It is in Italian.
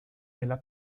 nella